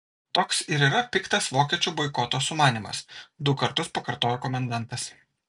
toks ir yra piktas vokiečių boikoto sumanymas du kartus pakartojo komendantas